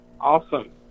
Awesome